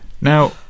now